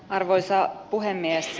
arvoisa puhemies